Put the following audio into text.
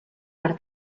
per